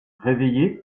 réveillé